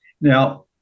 Now